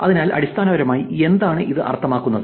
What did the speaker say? അതിനാൽ അടിസ്ഥാനപരമായി എന്താണ് ഇത് അർത്ഥമാക്കുന്നത്